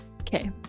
Okay